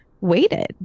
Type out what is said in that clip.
waited